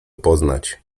poznać